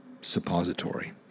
suppository